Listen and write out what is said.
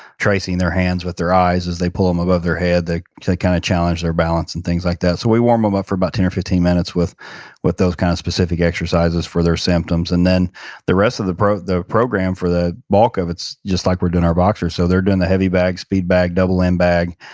tracing their hands with their eyes as they pull them above their head. they kind of challenge their balance and things like that so, we warm them um up for about ten or fifteen minutes with with those kind of specific exercises for their symptoms. and then the rest of the program the program for the bulk of it's just like we're doing our boxers. so, they're doing the heavy bag, speed bag, double end bag,